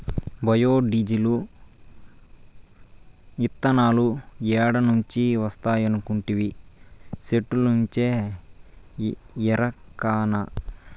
bio diesel, ఇతనాలు ఏడ నుంచి వస్తాయనుకొంటివి, సెట్టుల్నుంచే ఎరకనా